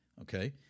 okay